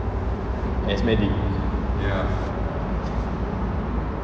as medic